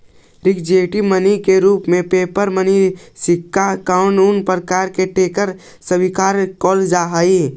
representative money के रूप में पेपर मनी सिक्का आउ अन्य प्रकार के टोकन स्वीकार कैल जा हई